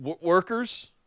workers